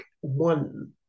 one